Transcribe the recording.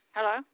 Hello